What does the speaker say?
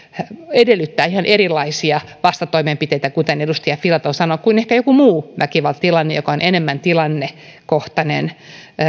edellyttää ihan erilaisia vastatoimenpiteitä kuten edustaja filatov sanoi kuin ehkä joku muu väkivaltatilanne joka on enemmän tilannekohtainen